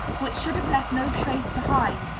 which should have left no trace behind,